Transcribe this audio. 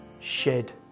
shed